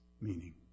meaning